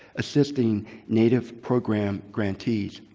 assisting native program grantees.